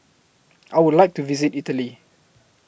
I Would like to visit Italy